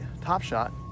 TopShot